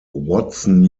watson